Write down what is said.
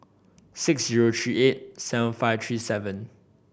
six zero three eight seven five three seven